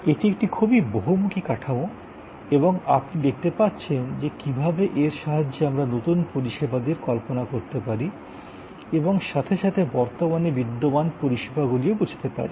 এটি একটি খুবই বহুমুখী কাঠামো এবং আপনি দেখতে পাচ্ছেন যে কী ভাবে এর সাহায্যে আমরা নতুন পরিষেবাদির কল্পনা করতে পারি এবং সাথে সাথে বর্তমানে বিদ্যমান পরিষেবাগুলিও বুঝতে পারি